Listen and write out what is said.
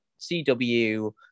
CW